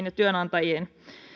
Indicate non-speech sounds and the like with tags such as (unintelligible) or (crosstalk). (unintelligible) ja työnantajiin